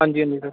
ਹਾਂਜੀ ਹਾਂਜੀ